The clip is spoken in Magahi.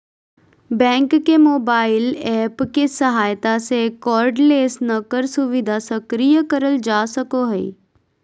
बैंक के मोबाइल एप्प के सहायता से कार्डलेस नकद सुविधा सक्रिय करल जा सको हय